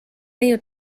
neiu